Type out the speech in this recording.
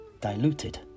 diluted